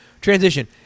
transition